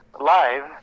live